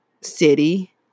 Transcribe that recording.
city